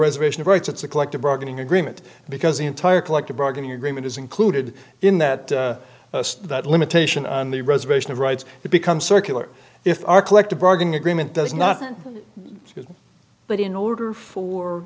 reservation of rights it's a collective bargaining agreement because the entire collective bargaining agreement is included in that that limitation on the reservation of rights becomes circular if our collective bargaining agreement does nothing but in order for